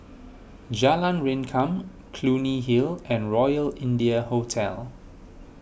Jalan Rengkam Clunny Hill and Royal India Hotel